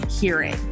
hearing